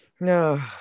No